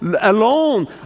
alone